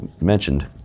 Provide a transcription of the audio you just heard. mentioned